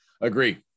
Agree